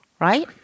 right